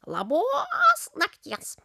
labos nakties